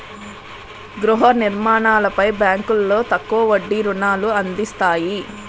గృహ నిర్మాణాలపై బ్యాంకులో తక్కువ వడ్డీ రుణాలు అందిస్తాయి